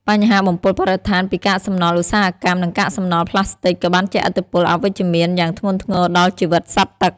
បញ្ហាបំពុលបរិស្ថានពីកាកសំណល់ឧស្សាហកម្ម និងកាកសំណល់ប្លាស្ទិកក៏បានជះឥទ្ធិពលអវិជ្ជមានយ៉ាងធ្ងន់ធ្ងរដល់ជីវិតសត្វទឹក។